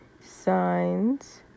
signs